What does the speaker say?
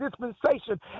dispensation